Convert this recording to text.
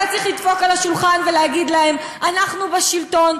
אתה צריך לדפוק על השולחן ולהגיד להם: אנחנו בשלטון,